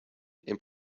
and